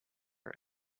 her